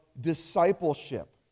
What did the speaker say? discipleship